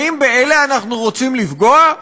האם באלה אנחנו רוצים לפגוע?